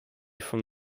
from